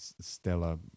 Stella